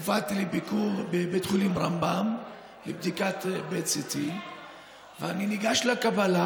הופעתי בביקור בבית חולים רמב"ם לבדיקת PET-CT. אני ניגש לקבלה,